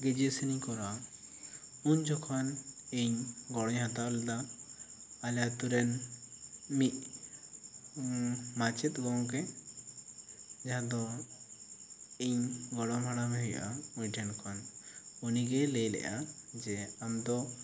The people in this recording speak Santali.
ᱜᱨᱮᱡᱩᱣᱮᱥᱚᱱ ᱤᱧ ᱠᱚᱨᱟᱣᱟ ᱩᱱ ᱡᱚᱠᱷᱚᱱ ᱤᱧ ᱜᱚᱲᱚᱧ ᱦᱟᱛᱟᱣ ᱞᱮᱫᱟ ᱟᱞᱮ ᱟᱛᱳ ᱨᱮᱱ ᱢᱤᱫ ᱢᱟᱪᱮᱫ ᱜᱚᱢᱠᱮ ᱡᱟᱦᱟᱸᱭ ᱫᱚ ᱤᱧ ᱜᱚᱲᱚᱢ ᱦᱟᱲᱟᱢ ᱮ ᱦᱩᱭᱩᱜᱼᱟ ᱩᱱᱤ ᱴᱷᱮᱱ ᱠᱷᱚᱱ ᱩᱱᱤ ᱜᱮ ᱞᱟᱹᱭ ᱞᱮᱫᱼᱟ ᱡᱮ ᱟᱢᱫᱚ